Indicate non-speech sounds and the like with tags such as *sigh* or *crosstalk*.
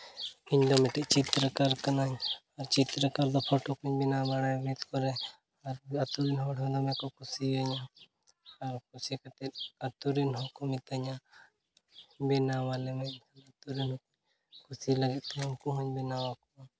ᱤᱧᱫᱚ ᱢᱤᱫᱴᱤᱡ ᱪᱤᱛᱨᱚᱠᱟᱨ ᱠᱟᱹᱱᱟᱹᱧ ᱟᱨ ᱪᱤᱛᱨᱚᱠᱟᱨ ᱫᱚ ᱯᱷᱳᱴᱳ ᱠᱚᱧ ᱵᱮᱱᱟᱣ ᱵᱟᱲᱟᱭᱟ ᱵᱷᱤᱛ ᱠᱚᱨᱮ ᱟᱨ ᱟᱛᱳ ᱨᱮᱱ ᱦᱚᱲ ᱦᱚᱸ ᱫᱚᱢᱮ ᱠᱚ ᱠᱩᱥᱤᱭᱟᱹᱧᱟᱹ ᱟᱨ ᱠᱩᱥᱤ ᱠᱟᱛᱮ ᱟᱛᱳ ᱨᱮᱱ ᱦᱚᱲ ᱠᱚ ᱢᱤᱛᱟᱹᱧᱟ ᱵᱮᱱᱟᱣ ᱟᱞᱮ ᱢᱮ *unintelligible* ᱠᱩᱥᱤ ᱞᱟᱹᱜᱤᱫ ᱩᱱᱠᱩ ᱦᱚᱸᱧ ᱵᱮᱱᱟᱣ